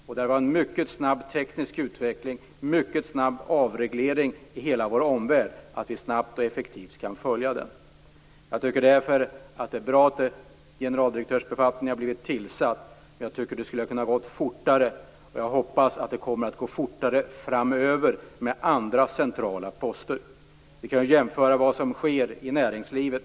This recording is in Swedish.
Där har vi en mycket snabb teknisk utveckling och en mycket snabb avreglering i hela vår omvärld. Det är viktigt att vi snabbt och effektivt kan följa den. Jag tycker därför att det är bra att generaldirektörsbefattningen har blivit tillsatt, men jag tycker att det kunde ha gått fortare. Jag hoppas att det kommer att gå fortare framöver när det gäller andra centrala poster. Vi kan jämföra med vad som sker i näringslivet.